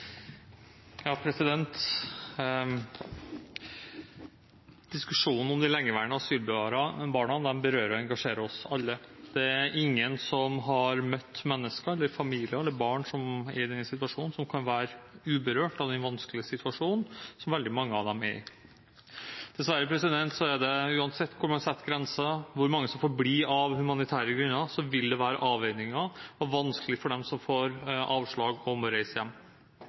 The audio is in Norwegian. møtt mennesker, familier eller barn som er i denne situasjonen, som kan være uberørt av den vanskelige situasjonen som veldig mange av dem er i. Dessverre er det slik at uansett hvor man setter grenser, hvor mange som får bli av humanitære grunner, vil det være avveininger og vanskelig for dem som får avslag og må reise hjem.